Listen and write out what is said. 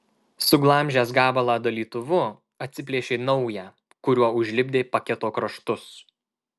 suglamžęs gabalą dalytuvu atsiplėšė naują kuriuo užlipdė paketo kraštus